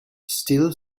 still